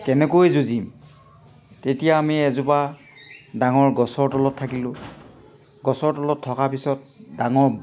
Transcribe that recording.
কেনেকৈ যুঁজিম তেতিয়া আমি এজোপা ডাঙৰ গছৰ তলত থাকিলোঁ গছৰ তলত থকা পিছত ডাঙৰ